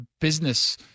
business